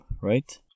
right